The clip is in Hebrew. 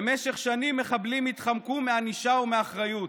במשך שנים מחבלים התחמקו מענישה ומאחריות.